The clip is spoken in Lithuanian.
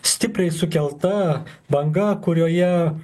stipriai sukelta banga kurioje